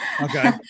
Okay